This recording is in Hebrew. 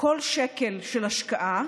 כל שקל של השקעה